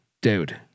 Dude